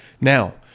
Now